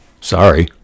sorry